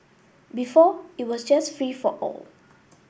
before it was just free for all